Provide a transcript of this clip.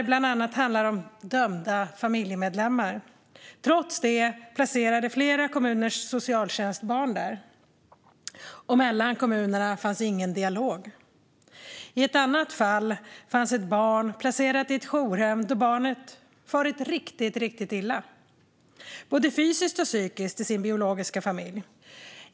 Bland annat handlade det om dömda familjemedlemmar. Trots det placerade flera kommuners socialtjänster barn där, och mellan kommunerna fanns ingen dialog. I ett annat fall placerades ett barn i ett jourhem eftersom barnet farit riktigt illa både fysiskt och psykiskt i sin biologiska familj.